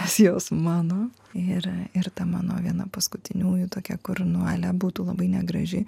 nes jos mano yra ir ta mano viena paskutiniųjų tokia kur nu ale būtų labai negraži